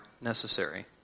necessary